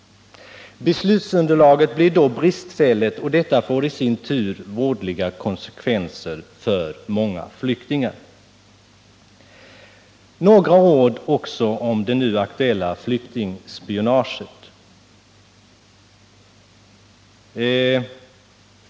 Beslutsunderlaget blir då bristfälligt, och detta får i sin tur vådliga konsekvenser för många flyktingar. Jag vill också säga några ord om det nu aktuella flyktingspionaget.